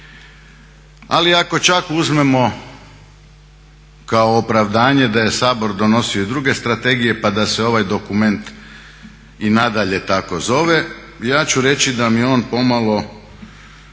Ali ako čak uzmemo kao opravdanje da je Sabor donosio i druge strategije pa da se ovaj dokument i nadalje tako zove, ja ću reći da mi on pomalo